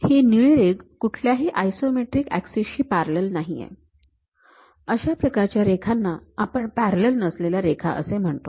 ही निळी रेघ कुठल्याही आयसोमेट्रिक ऍक्सिस शी पॅरलल नाही आहे अशा प्रकारच्या रेखांना आपण पॅरलल नसलेल्या रेखा असे म्हणतो